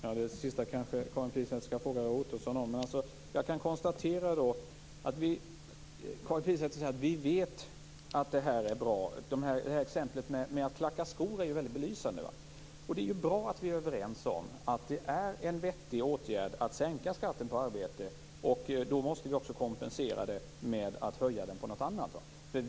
Fru talman! Det sista kanske Karin Pilsäter skall fråga Roy Ottosson om. Karin Pilsäter säger att hon vet att detta är bra. Hennes exempel om att klacka skor är mycket belysande. Det är bra att vi är överens om att det är en vettig åtgärd att sänka skatten på arbete. Då måste vi också kompensera det med att höja den på något annat.